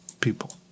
people